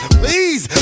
please